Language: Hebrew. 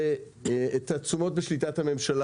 תשומות בשליטת הממשלה